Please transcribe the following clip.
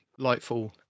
Lightfall